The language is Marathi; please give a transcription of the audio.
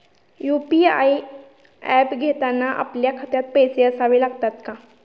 यु.पी.आय ऍप घेताना आपल्या खात्यात पैसे असावे लागतात का?